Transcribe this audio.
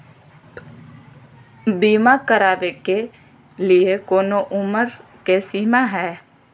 बीमा करावे के लिए कोनो उमर के सीमा है?